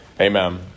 Amen